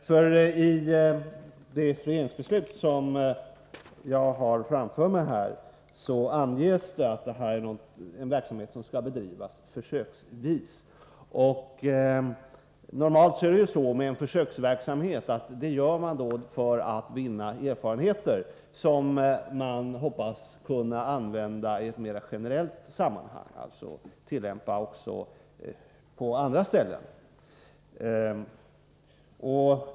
I regeringsbeslutet, som jag har framför mig här, anges att verksamheten skall bedrivas försöksvis. En försöksverksamhet bedriver man normalt för att vinna erfarenheter som man hoppas kunna använda i ett mera generellt sammanhang, tillämpa också på andra ställen.